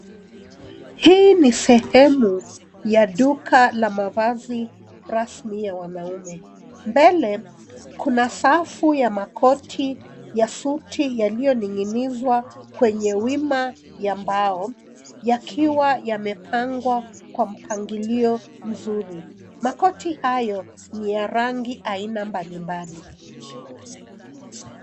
Hii ni sehemu ya duka la mavazi rasmi ya wanaume ,mbele kuna safu ya makoti ya suti yaliyoning'inizwa kwenye wima ya mbao yakiwa yamepangwa kwa mpangilio mzuri ,makoti hayo ni ya rangi aina mbalimbali.